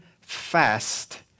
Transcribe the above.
fast